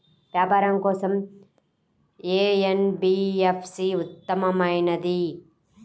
వ్యాపారం కోసం ఏ ఎన్.బీ.ఎఫ్.సి ఉత్తమమైనది?